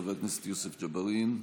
לחבר הכנסת יוסף ג'בארין.